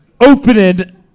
Opening